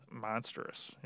Monstrous